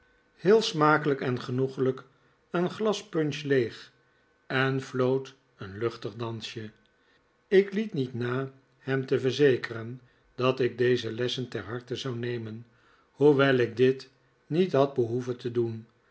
heel smakelijk en genoeglijk een glas punch leeg en floot een luchtig dansje ik liet niet na hem te verzekeren dat ik deze lessen ter harte zou nemen hoewel ik dit niet had behoeven te doen